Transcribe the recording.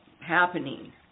happening